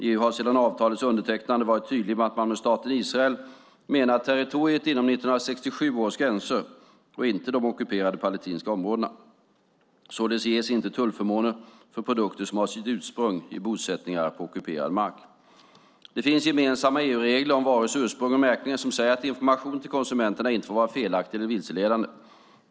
EU har sedan avtalets undertecknande varit tydlig med att man med staten Israel menar territoriet inom 1967 års gränser och inte de ockuperade palestinska områdena. Således ges inte tullförmåner för produkter som har sitt ursprung i bosättningar på ockuperad mark. Det finns gemensamma EU-regler om varors ursprung och märkning som säger att informationen till konsumenterna inte får vara felaktig eller vilseledande.